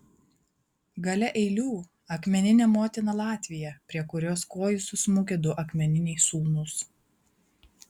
gale eilių akmeninė motina latvija prie kurios kojų susmukę du akmeniniai sūnūs